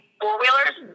four-wheelers